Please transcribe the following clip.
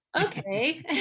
okay